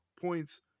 points